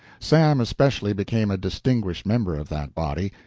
sam, especially, became a distinguished member of that body.